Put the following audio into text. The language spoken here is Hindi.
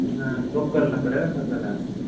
ना बुक करना पड़ेगा सर पहले आपको